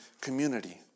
community